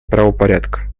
правопорядка